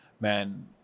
man